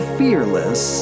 fearless